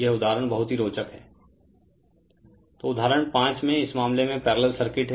यह उदाहरण बहुत ही रोचक है Refer Slide Time 1802 तो उदाहरण 5 में इस मामले में पैरेलल सर्किट है